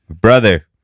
Brother